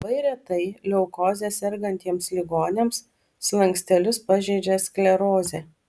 labai retai leukoze sergantiems ligoniams slankstelius pažeidžia sklerozė